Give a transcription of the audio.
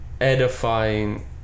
edifying